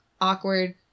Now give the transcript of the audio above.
awkward